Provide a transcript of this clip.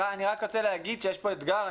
יש פה אתגר,